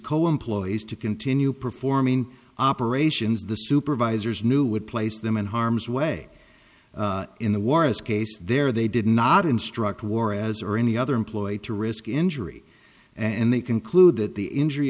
cohen ploys to continue performing operations the supervisors knew would place them in harm's way in the war as case there they did not instruct warres or any other employee to risk injury and they conclude that the injury